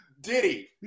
Diddy